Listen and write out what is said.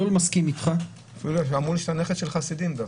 שאתה נכד של חסידים.